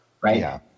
right